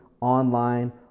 online